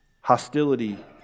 hostility